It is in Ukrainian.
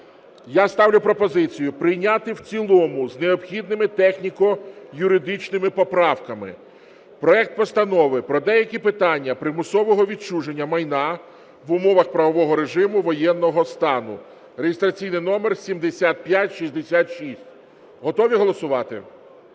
Я ставлю пропозицію прийняти в цілому з необхідними техніко-юридичними поправками проект Постанови про деякі питання примусового відчуження майна в умовах правового режиму воєнного стану (реєстраційний номер 7566). Готові голосувати?